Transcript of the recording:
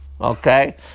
okay